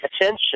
attention